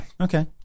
okay